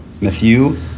Matthew